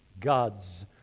God's